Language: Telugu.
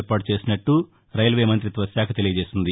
ఏర్పాటు చేసినట్లు రైల్వే మంతిత్వ శాఖ తెలియచేసింది